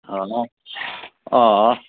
اَہن حظ آ